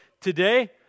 today